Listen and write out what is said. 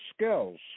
skills